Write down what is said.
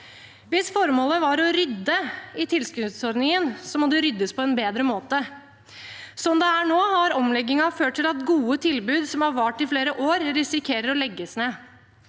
Hvis formålet var å rydde i tilskuddsordningen, må det ryddes på en bedre måte. Slik det er nå, har omleggingen ført til at gode tilbud som har vart i flere år, risikerer å legges ned,